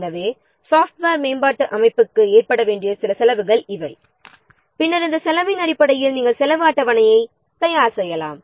எனவே சாப்ட்வேர் மேம்பாட்டு அமைப்புக்கு ஏற்பட வேண்டிய சில செலவுகள் இவை பின்னர் இந்த செலவின் அடிப்படையில் செலவு அட்டவணையை தயார் செய்யலாம்